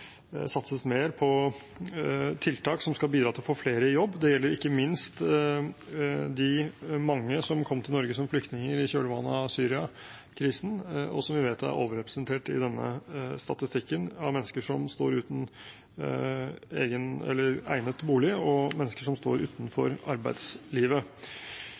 mer på tiltak som skal bidra til å få flere i jobb. Det gjelder ikke minst de mange som kom til Norge som flyktninger i kjølvannet av Syria-krisen, og som vi vet er overrepresentert på statistikken over mennesker som står uten egnet bolig, og mennesker som står utenfor arbeidslivet.